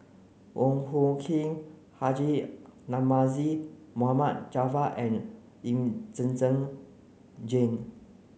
Wong Hung Khim Haji Namazie Mohd Javad and Lee Zhen Zhen Jane